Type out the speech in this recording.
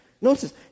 Notice